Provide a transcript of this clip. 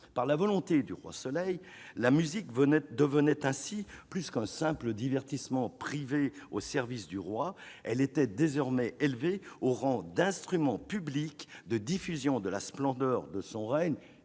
Par la volonté du Roi-Soleil, la musique devenait ainsi plus qu'un simple divertissement privé au service du roi ; elle était désormais élevée au rang d'instrument public de diffusion de la splendeur de son règne,